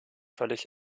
völlig